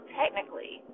technically